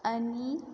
आनी